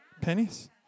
Pennies